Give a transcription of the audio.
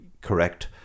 correct